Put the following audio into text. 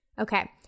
Okay